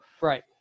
right